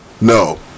No